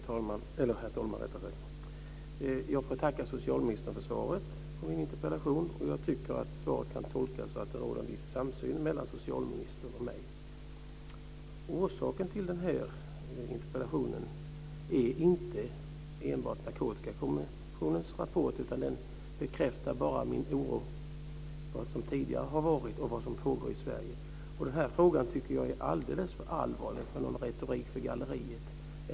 Herr talman! Jag får tacka socialministern för svaret på min interpellation. Jag tycker att svaret kan tolkas som att en viss samsyn råder mellan socialministern och mig. Orsaken till den här interpellationen är inte enbart Narkotikakommissionens rapport. Den bekräftar bara min oro för vad som tidigare har skett och för vad som pågår i Sverige. Den här frågan tycker jag är alldeles för allvarlig för att ha en retorik för galleriet.